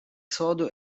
sodo